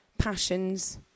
Passions